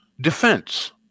defense